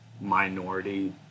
minority